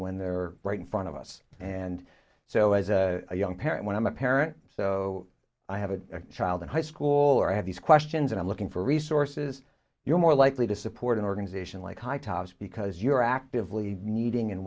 when they're right in front of us and so as a young parent when i'm a parent so i have a child in high school or i have these questions and i'm looking for resources you're more likely to support an organization like high tops because you're actively meeting and